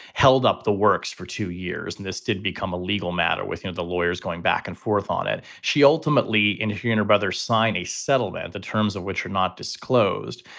held up the works for two years. and this did become a legal matter with, you know, the lawyers going back and forth on it. she ultimately in she and her brother signed a settlement. the terms of which were not disclosed.